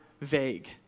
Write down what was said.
vague